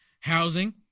housing